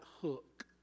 hook